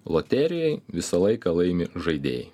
loterijoj visą laiką laimi žaidėjai